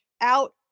out